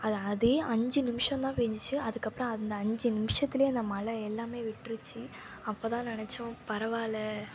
அது அதே அஞ்சு நிமிஷம்தான் பேய்ஞ்ச்சி அதுக்கப்பறம் அந்த அஞ்சு நிமிஷத்துலேயே அந்த மழை எல்லாம் விட்டுருச்சி அப்போ தான் நெனைச்சோம் பரவாயில்ல